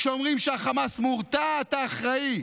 כשאומרים שהחמאס מורתע אתה אחראי,